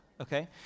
Okay